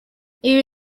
ibi